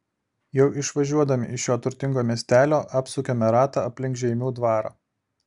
jau išvažiuodami iš šio turtingo miestelio apsukame ratą aplink žeimių dvarą